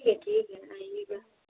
देखिएगा ना आइएगा